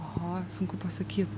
aha sunku pasakyt